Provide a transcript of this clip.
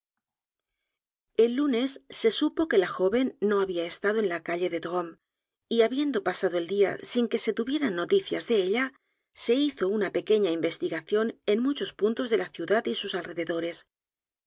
el lunes se supo que la joven no había estado en la calle de d r ó m e s y habiendo pasado el día sin que se tuvieran noticias d e ella se hizo u n a pequeña investigación en muchos puntos de la ciudad y sus alrededores